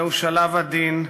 זהו שלב עדין.